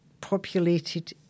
populated